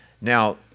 Now